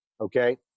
okay